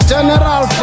General